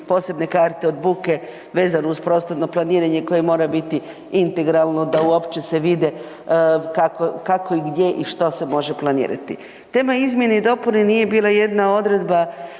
posebne karte od buke vezano uz prostorno planiranje koje mora biti integralo da uopće se vide kako i gdje i što se može planirati. Tema izmjene i dopune nije bila jedna odredba